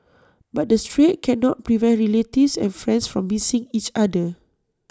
but the strait cannot prevent relatives and friends from missing each other